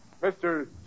Mr